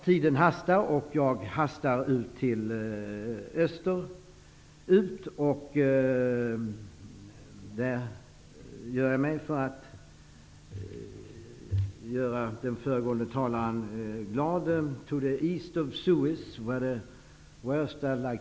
Tiden hastar, och jag hastar österut för att göra den föregående talaren glad.